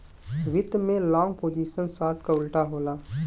वित्त में long position short क उल्टा होला